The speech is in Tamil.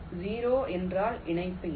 0 என்றால் இணைப்பு இல்லை